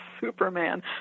Superman